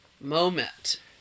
moment